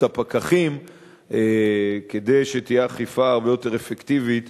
הפקחים כדי שתהיה אכיפה הרבה יותר אפקטיבית